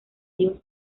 dios